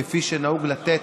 כפי שנהוג לתת